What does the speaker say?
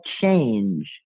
change